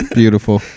beautiful